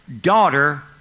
daughter